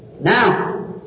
Now